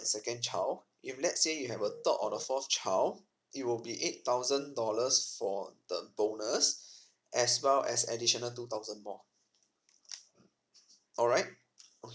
and second child if let's say you have a third or the forth child it will be eight thousand dollars for the bonus as well as additional two thousand more alright